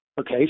okay